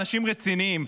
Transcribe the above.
אנשים רציניים,